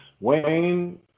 Wayne